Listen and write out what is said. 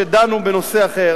כשדנו בנושא אחר.